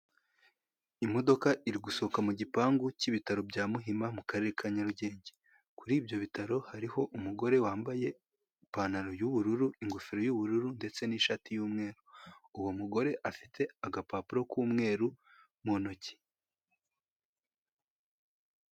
Imodoka iri gusohoka mu gipangu cy'ibitaro bya muhima, mu karere ka Nyarugenge. Kuri ibyo bitaro hariho umugore wambaye ipantaro y'ubururu, ingofero y'ubururu, ndetse n'ishati y'umweru. Uwo mugore afite agapapuro k'umweru mu ntoki.